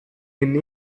den